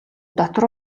дотор